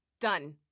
Done